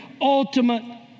ultimate